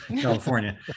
California